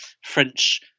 French